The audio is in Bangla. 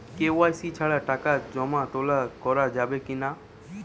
কে.ওয়াই.সি ছাড়া টাকা জমা তোলা করা যাবে কি না?